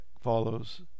follows